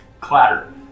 clatter